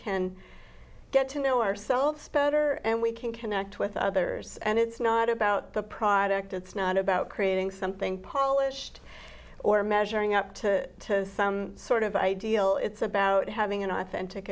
can get to know ourselves better and we can connect with others and it's not about the product it's not about creating something polished or measuring up to some sort of ideal it's about having an authentic